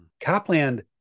Copland